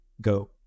go